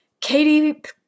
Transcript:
Katy